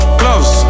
gloves